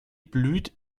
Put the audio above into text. blüht